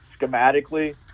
schematically